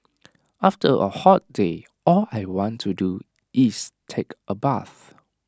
after A hot day all I want to do is take A bath